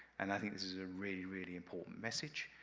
and i think this is a really, really important message.